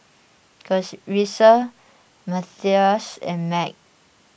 Casrisa Matthias and Meg